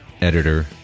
editor